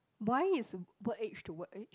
why is what age to what age